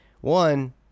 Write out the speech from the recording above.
one